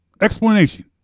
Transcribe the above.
explanation